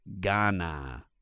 Ghana